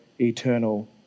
eternal